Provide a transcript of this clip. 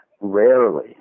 Rarely